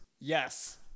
Yes